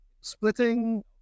splitting